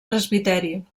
presbiteri